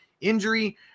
injury